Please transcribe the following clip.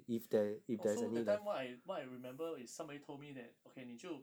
orh so that time what I what I remember is somebody told me that okay 你就